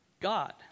God